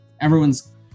everyone's